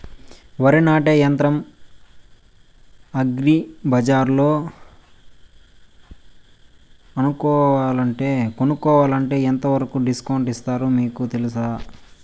వరి నాటే యంత్రం అగ్రి బజార్లో కొనుక్కోవాలంటే ఎంతవరకు డిస్కౌంట్ ఇస్తారు మీకు తెలుసా?